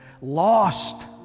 lost